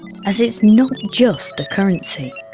as it's not just a currency.